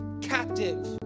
captive